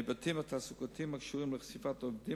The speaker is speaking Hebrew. ההיבטים התעסוקתיים הקשורים לחשיפת עובדים